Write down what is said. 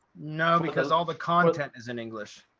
no, because all the content is in english.